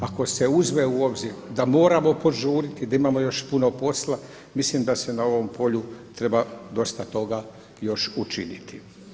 Ako se uzme u obzir da moramo požuriti, da imamo još puno posla mislim da se na ovom polju treba dosta toga još učiniti.